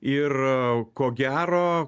ir ko gero